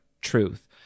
truth